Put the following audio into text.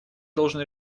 должен